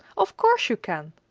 of course you can,